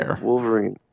Wolverine